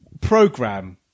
program